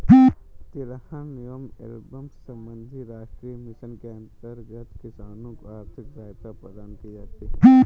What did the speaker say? तिलहन एवं एल्बम संबंधी राष्ट्रीय मिशन के अंतर्गत किसानों को आर्थिक सहायता प्रदान की जाती है